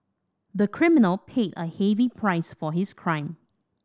the criminal paid a heavy price for his crime